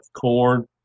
corn